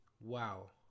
wow